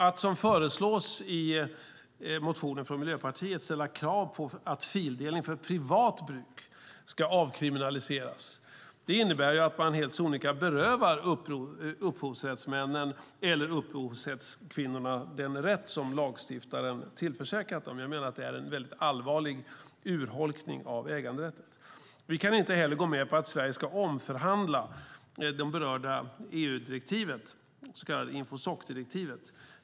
Att som föreslås i motionen från Miljöpartiet ställa krav på att fildelning för privat bruk ska avkriminaliseras innebär att man helt sonika berövar upphovsmännen eller upphovskvinnorna den rätt som lagstiftaren tillförsäkrat dem. Jag menar att det är en allvarlig urholkning av äganderätten. Vi kan inte heller gå med på att Sverige ska omförhandla det berörda EU-direktivet, det så kallade Infosocdirektivet.